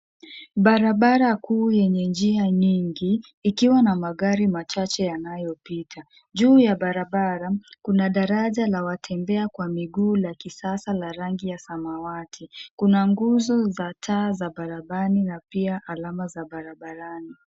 Barabara kuu yenye njia nyingi ikiwa na magari machache yanayopita, juu ya barabara kuna daraja la watembea kwa miguu la kisasa la rangi ya samawati kuna nguzo za taa za barabani na pia alama za barabarani